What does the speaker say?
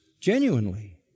genuinely